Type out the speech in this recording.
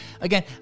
Again